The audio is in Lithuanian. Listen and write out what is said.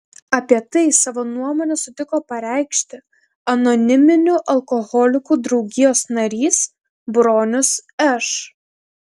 apie tai savo nuomonę sutiko pareikšti anoniminių alkoholikų draugijos narys bronius š